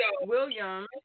William